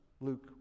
luke